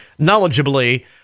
knowledgeably